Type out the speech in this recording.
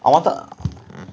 I wanted